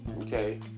Okay